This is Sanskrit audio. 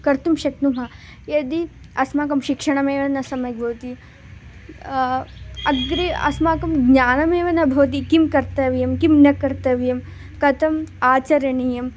कर्तुं शक्नुमः यदि अस्माकं शिक्षणमेव न सम्यक् भवति अग्रे अस्माकं ज्ञानमेव न भवति किं कर्तव्यं किं न कर्तव्यं कथम् आचरणीयं